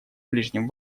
ближнем